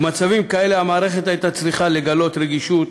במצבים כאלה המערכת הייתה צריכה לגלות רגישות,